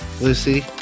Lucy